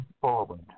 forward